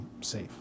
safe